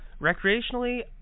Recreationally